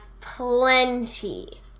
plenty